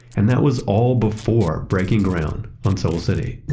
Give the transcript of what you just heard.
and that was all before breaking ground on soul city